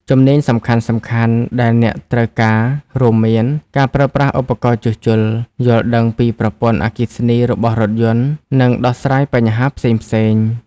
ជំនាញសំខាន់ៗដែលអ្នកត្រូវការរួមមាន ការប្រើប្រាស់ឧបករណ៍ជួសជុល យល់ដឹងពីប្រព័ន្ធអគ្គិសនីរបស់រថយន្ត និងដោះស្រាយបញ្ហាផ្សេងៗ។